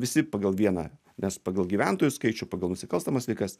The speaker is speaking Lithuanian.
visi pagal vieną nes pagal gyventojų skaičių pagal nusikalstamas veikas